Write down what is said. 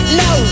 no